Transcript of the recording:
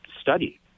study